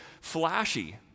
flashy